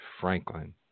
Franklin